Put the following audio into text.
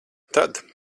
tad